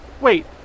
Wait